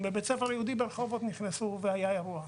גם בבית ספר יהודי ברחובות נכנסו והיה אירוע.